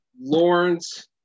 Lawrence